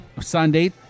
Sunday